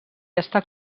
està